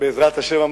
בעזרת השם,